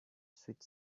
sweet